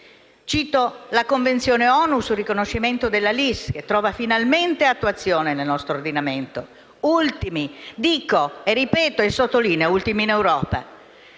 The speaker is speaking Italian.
Cito la convenzione ONU sul riconoscimento della LIS, che trova finalmente attuazione nel nostro ordinamento - sottolineo e ribadisco che siamo gli ultimi in Europa